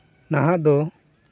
ᱱᱟᱦᱟᱸᱜ ᱫᱚ